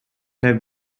have